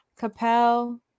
capel